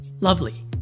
lovely